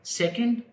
second